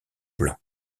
blancs